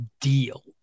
deal